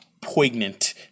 Poignant